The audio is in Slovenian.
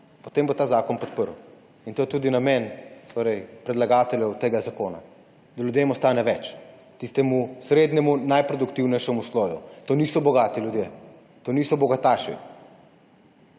potem bo ta zakon podprl. In to je tudi namen predlagateljev tega zakona, da ljudem ostane več, tistemu srednjemu, najproduktivnejšemu sloju. To niso bogati ljudje, to niso bogataši,